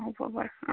হ'ব বাৰু অঁ